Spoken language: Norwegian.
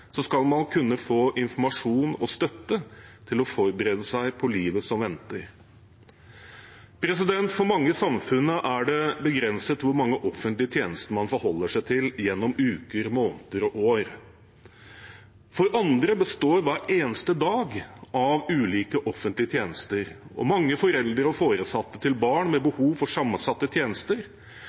skal man kunne få informasjon og støtte til å forberede seg på livet som venter. For mange i samfunnet er det begrenset hvor mange offentlige tjenester man forholder seg til gjennom uker, måneder og år. For andre består hver eneste dag av ulike offentlige tjenester, og mange foreldre og foresatte til barn med behov for sammensatte tjenester